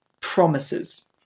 promises